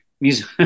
music